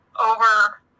over